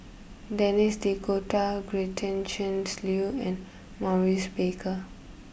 Denis D'Cotta Gretchen's Liu and Maurice Baker